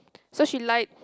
so she lied